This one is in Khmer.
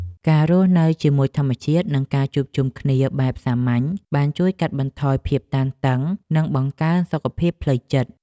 ការរស់នៅជាមួយធម្មជាតិ និងការជួបជុំគ្នាបែបសាមញ្ញបានជួយកាត់បន្ថយភាពតានតឹង និងបង្កើនសុខភាពផ្លូវចិត្ត។